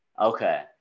okay